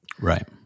right